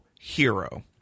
hero